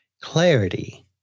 Clarity